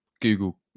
google